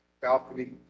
balcony